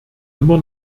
immer